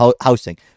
housing